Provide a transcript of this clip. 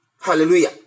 Hallelujah